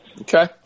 Okay